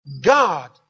God